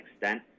extent